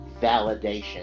validation